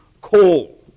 coal